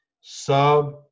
Sub